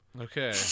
Okay